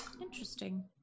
Interesting